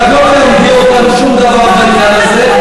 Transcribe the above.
ואת לא תלמדי אותנו שום דבר בעניין הזה.